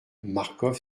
marcof